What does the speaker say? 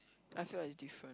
I feel like it's different